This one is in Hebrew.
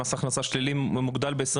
מס הכנסה שלילי ב-20%,